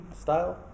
style